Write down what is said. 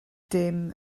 dim